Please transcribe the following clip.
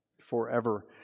forever